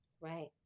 Right